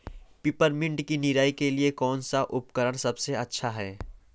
Peppermint की निराई के लिए कौन सा उपकरण सबसे अच्छा है?